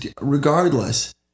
regardless